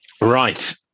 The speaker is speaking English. right